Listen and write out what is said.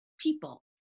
people